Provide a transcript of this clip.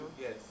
Yes